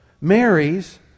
marries